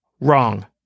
wrong